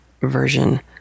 version